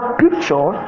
picture